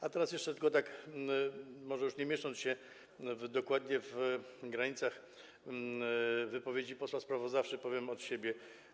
A teraz jeszcze tylko, może już nie mieszcząc się dokładnie w granicach wypowiedzi posła sprawozdawcy, powiem tak od siebie.